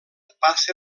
passa